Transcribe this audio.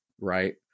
right